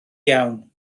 iawn